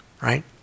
right